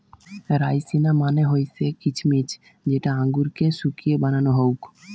রাইসিনা মানে হৈসে কিছমিছ যেটা আঙুরকে শুকিয়ে বানানো হউক